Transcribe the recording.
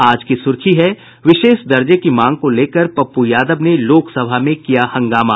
आज की सुर्खी है विशेष दर्जे की मांग को लेकर पप्पू यादव ने लोकसभा में किया हंगामा